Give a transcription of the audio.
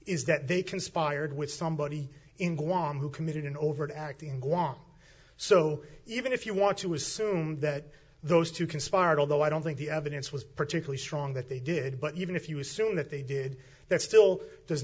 is that they conspired with somebody in guam who committed an overt act in guam so even if you want to assume that those two conspired although i don't think the evidence was particularly strong that they did but even if you assume that they did that still does